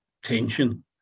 tension